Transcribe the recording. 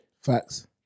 Facts